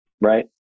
Right